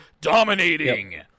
Dominating